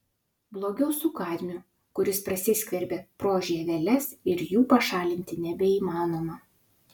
blogiau su kadmiu kuris prasiskverbia pro žieveles ir jų pašalinti nebeįmanoma